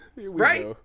Right